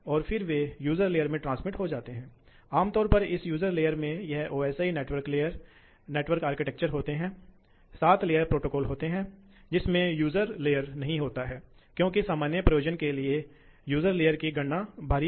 इसी तरह 35 प्रतिशत फिर से 35 समय के 40 में रहता है जो कि 14 है तो 31 समय के 40 में रहता है यानी 124 और 27 समय के 10 में रहता है जो कि 27 है इसलिए औसत हॉर्स पावर की आवश्यकता 326 है